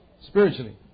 spiritually